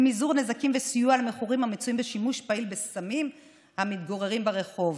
למזעור נזקים וסיוע למכורים המצויים בשימוש פעיל בסמים המתגוררים ברחוב.